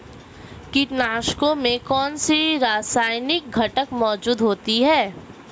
कीटनाशकों में कौनसे रासायनिक घटक मौजूद होते हैं?